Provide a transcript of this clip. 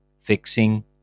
fixing